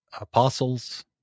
Apostles